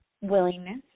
willingness